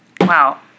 Wow